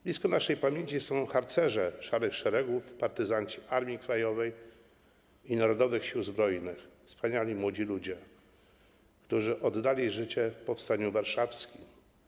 Blisko naszej pamięci są harcerze Szarych Szeregów, partyzanci Armii Krajowej i Narodowych Sił Zbrojnych, wspaniali młodzi ludzie, którzy oddali życie w powstaniu warszawskim.